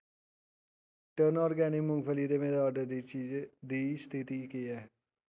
turn organic मुंगफली दे मेरे आर्डर दी चीजें दी स्थिति केह् ऐ